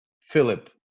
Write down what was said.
Philip